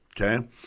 okay